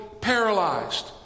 paralyzed